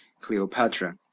cleopatra